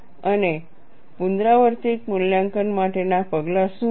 અને પુનરાવર્તિત મૂલ્યાંકન માટેનાં પગલાં શું છે